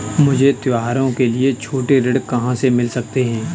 मुझे त्योहारों के लिए छोटे ऋण कहाँ से मिल सकते हैं?